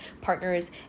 partners